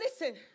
listen